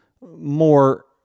more